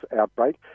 outbreak